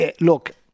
look